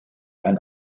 ein